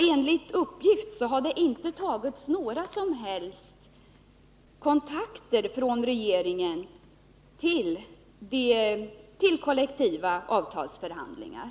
Enligt uppgift har det inte tagits några som helst kontakter av regeringen som syftar till kollektivavtalsförhandlingar.